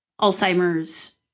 Alzheimer's